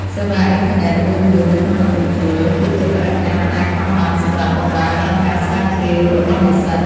សេវាអ៊ីនធឺណិតល្បឿនលឿននៅក្នុងបន្ទប់ជួល គឺជាបរិក្ខារមិនអាចខ្វះបានសម្រាប់បម្រើដល់ការស្រាវជ្រាវរបស់និស្សិត។